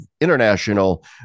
international